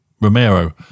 Romero